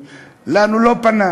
אומרים: אלינו לא פנה.